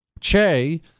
Che